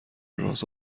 راز